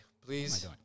please